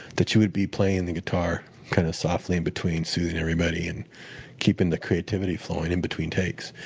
that you would be playing the guitar kind of softly in between, soothing everybody and keeping the creativity flowing in between takes.